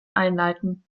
einleiten